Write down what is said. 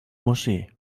moschee